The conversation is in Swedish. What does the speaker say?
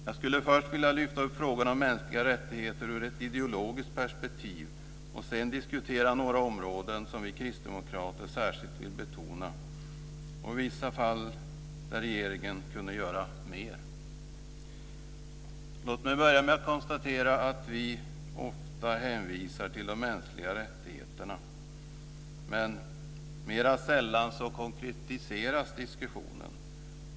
Jag skulle vilja först lyfta upp frågan om mänskliga rättigheter ur ett ideologiskt perspektiv och sedan diskutera några områden som vi kristdemokrater särskilt vill betona och vissa fall där regeringen kunde göra mera. Låt mig börja med att konstatera att vi ofta hänvisar till de mänskliga rättigheterna, men mera sällan konkretiseras diskussionen.